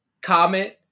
Comment